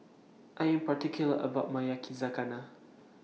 I Am particular about My Yakizakana